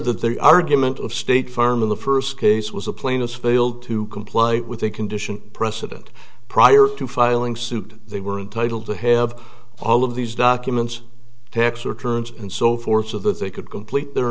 that they argument of state farm in the first case was a plaintiff failed to comply with a condition precedent prior to filing suit they were entitled to have all of these documents tax returns and so forth so that they could complete their